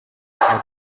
ari